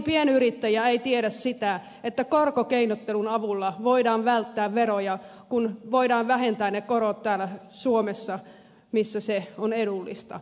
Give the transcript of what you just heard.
moni pienyrittäjä ei tiedä sitä että korkokeinottelun avulla voidaan välttää veroja kun voidaan vähentää ne korot täällä suomessa missä se on edullista